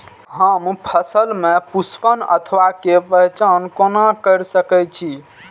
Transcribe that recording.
हम फसल में पुष्पन अवस्था के पहचान कोना कर सके छी?